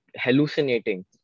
hallucinating